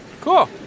Cool